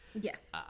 Yes